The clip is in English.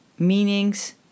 meanings